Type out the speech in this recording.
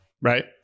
Right